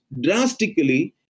drastically